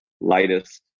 lightest